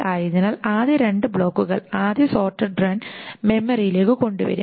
ആയതിനാൽ ആദ്യ രണ്ട് ബ്ലോക്കുകൾ ആദ്യ സോർട്ടഡ് റൺ മെമ്മറിയിലേക്ക് കൊണ്ടുവരും